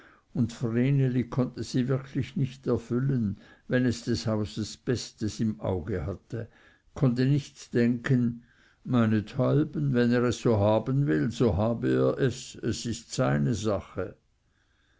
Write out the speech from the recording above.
und vreneli konnte sie wirklich nicht erfüllen wenn es des hauses bestes im auge hatte konnte nicht denken meinethalben wenn er es so haben will so habe er es es ist seine sache